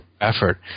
effort